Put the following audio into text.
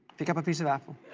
pick up a peace of apple.